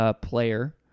player